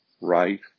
right